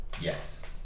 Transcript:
Yes